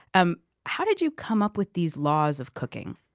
um how did you come up with these laws of cooking?